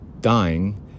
dying